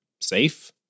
safe